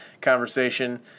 conversation